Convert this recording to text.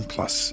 Plus